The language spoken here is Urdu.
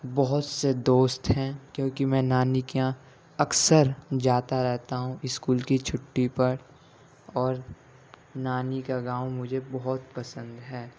بہت سے دوست ہیں کیونکہ میں نانی کے یہاں اکثر جاتا رہتا ہوں اسکول کی چھٹی پر اور نانی کا گاؤں مجھے بہت پسند ہے